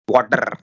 Water